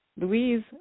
Louise